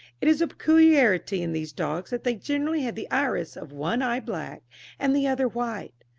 it is a peculiarity in these dogs that they generally have the iris of one eye black and the other white.